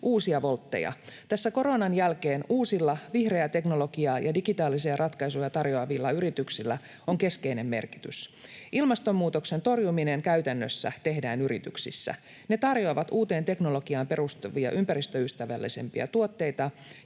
uusia wolteja. Koronan jälkeen uusilla, vihreää teknologiaa ja digitaalisia ratkaisuja tarjoavilla yrityksillä on keskeinen merkitys. Ilmastonmuutoksen torjuminen tehdään käytännössä yrityksissä. Ne tarjoavat uuteen teknologiaan perustuvia ympäristöystävällisempiä tuotteita